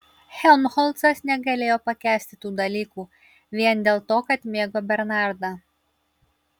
helmholcas negalėjo pakęsti tų dalykų vien dėl to kad mėgo bernardą